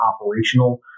operational